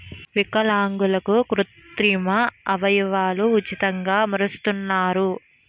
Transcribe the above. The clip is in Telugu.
విలాంగులకు కృత్రిమ అవయవాలు ఉచితంగా అమరుస్తున్నారు